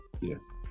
yes